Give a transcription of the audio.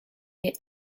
est